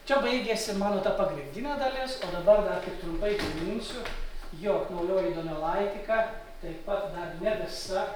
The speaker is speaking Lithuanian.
čia baigėsi mano ta pagrindinė dalis dabar dar tik trumpai priminsiu jog naujoji donelaitika taip pat dar ne visa